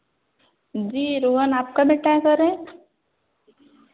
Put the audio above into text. जी रोहन आपका बेटा गर है